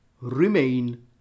remain